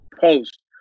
post